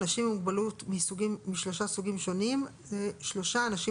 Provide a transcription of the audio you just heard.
"אנשים עם מוגבלות משלושה סוגים שונים" שלושה אנשים